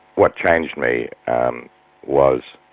what changed me um was